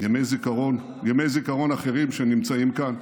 ימי זיכרון אחרים שנמצאים כאן,